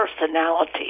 personality